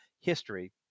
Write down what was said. history